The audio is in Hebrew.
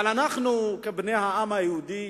אבל אנחנו, כבני העם היהודי